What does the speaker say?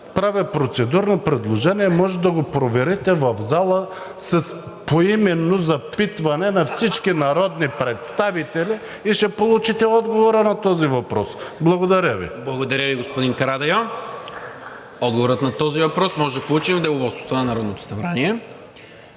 правя процедурно предложение, може да го проверите в залата с поименно запитване на всички народни представители и ще получите отговора на този въпрос. Благодаря Ви. ПРЕДСЕДАТЕЛ НИКОЛА МИНЧЕВ: Благодаря Ви, господин Карадайъ. Отговорът на този въпрос може да получим в Деловодството на Народното събрание.